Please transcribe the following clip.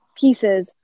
pieces